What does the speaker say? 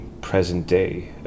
present-day